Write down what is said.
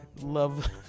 love